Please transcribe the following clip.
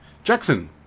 Jackson